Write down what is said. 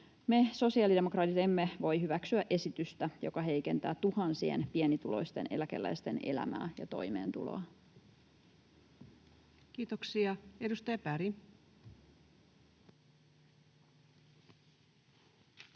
Me sosiaalidemokraatit emme voi hyväksyä esitystä, joka heikentää tuhansien pienituloisten eläkeläisten elämää ja toimeentuloa. Kiitoksia. — Edustaja Berg.